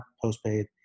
postpaid